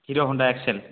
Hero Honda X L